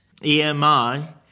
EMI